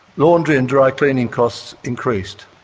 laundry and dry cleaning costs increased.